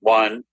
one